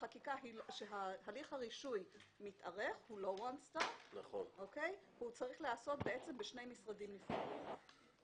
שהליך הרישוי מתארך והוא צריך להיעשות בשני משרדים נפרדים.